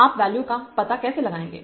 आप वैल्यू का पता कैसे लगाएंगे